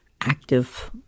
active